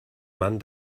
man